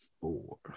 four